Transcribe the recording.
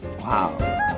wow